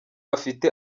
afite